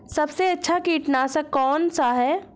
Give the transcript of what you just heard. सबसे अच्छा कीटनाशक कौन सा है?